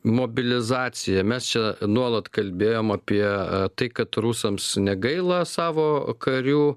mobilizacija mes čia nuolat kalbėjom apie tai kad rusams negaila savo karių